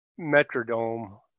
Metrodome